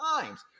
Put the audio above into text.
times